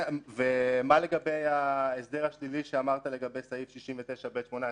מה לגבי ההסדר השלילי שאמרת לגבי סעיף 69ב18,